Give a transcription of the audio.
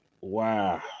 wow